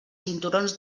cinturons